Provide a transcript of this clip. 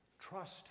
Trust